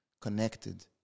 connected